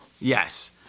Yes